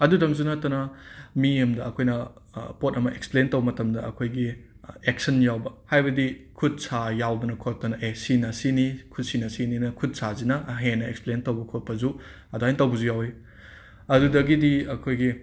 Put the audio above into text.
ꯑꯗꯨꯗꯪꯖꯨ ꯅꯠꯇꯅ ꯃꯤ ꯑꯝꯗ ꯑꯩꯈꯣꯏꯅ ꯄꯣꯠ ꯑꯃ ꯑꯦꯛꯁꯄ꯭ꯂꯦꯟ ꯇꯧꯕ ꯃꯇꯝꯗ ꯑꯩꯈꯣꯏꯒꯤ ꯑꯦꯛꯁꯟ ꯌꯥꯎꯕ ꯍꯥꯏꯕꯗꯤ ꯈꯨꯠ ꯁꯥ ꯌꯥꯎꯗꯅ ꯈꯣꯠꯇꯅ ꯑꯦ ꯁꯤꯅ ꯁꯤꯅꯤ ꯈꯨꯠꯁꯤꯅ ꯁꯤꯅꯤꯅ ꯈꯨꯠ ꯁꯥꯖꯤꯅ ꯍꯦꯟꯅ ꯑꯦꯛꯁꯄ꯭ꯂꯦꯟ ꯇꯧꯕ ꯈꯣꯠꯄꯖꯨ ꯑꯗꯨꯃꯥꯏꯅ ꯇꯧꯕꯖꯨ ꯌꯥꯎꯋꯤ ꯑꯗꯨꯗꯒꯤꯗꯤ ꯑꯩꯈꯣꯏꯒꯤ